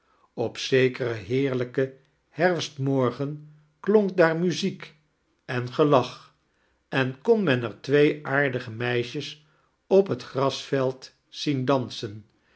op zekerea heerlijken herfstimorgen klonk daar muziek en gelaoh en kon men er twee aardige meisjes op het grasveld zien dansen